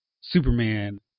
Superman